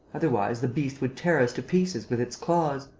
otherwise, the beast would tear us to pieces with its claws.